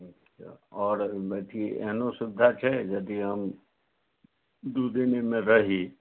अच्छा आओर अथी एहनो सुविधा छै यदि हम दू दिन एहिमे रहि